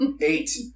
Eight